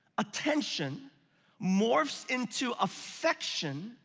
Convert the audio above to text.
attention morphs into affection,